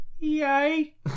Yay